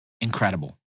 Incredible